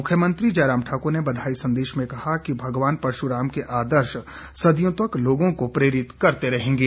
मुख्यमंत्री जयराम ठाक्र ने बधाई संदेश में कहा कि भगवान परश्राम के आदर्श सदियों तक लोगों को प्रेरित करते रहेंगे